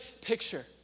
picture